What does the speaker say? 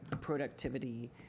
productivity